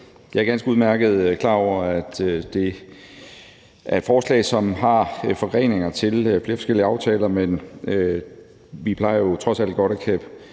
Jeg er ganske udmærket klar over, at det er et forslag, som har forgreninger til flere forskellige aftaler, men vi plejer jo trods alt godt at kunne